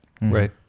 Right